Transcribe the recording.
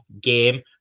game